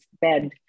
bed